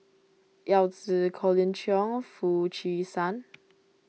Yao Zi Colin Cheong Foo Chee San